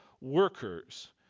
workers